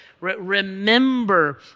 Remember